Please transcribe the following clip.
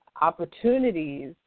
opportunities